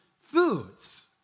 foods